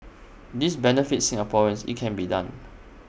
this benefits Singaporeans IT can be done